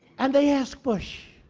and they ask bush,